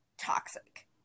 toxic